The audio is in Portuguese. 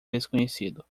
desconhecido